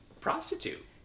prostitute